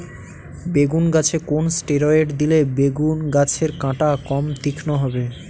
বেগুন গাছে কোন ষ্টেরয়েড দিলে বেগু গাছের কাঁটা কম তীক্ষ্ন হবে?